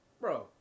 Bro